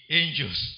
angels